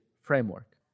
framework